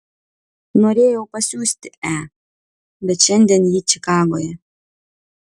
norėjau pasiųsti e bet šiandien ji čikagoje